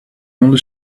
only